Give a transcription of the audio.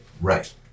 right